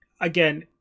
again